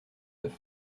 neuf